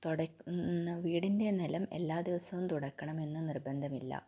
തൊടയ് വീടിൻ്റെ നിലം എല്ലാ ദിവസവും തുടയ്ക്കണമെന്ന് നിർബന്ധമില്ല